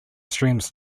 streams